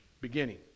beginning